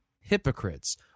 hypocrites